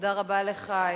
תודה רבה לך,